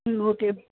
ம் ஓகே